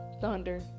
thunder